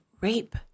rape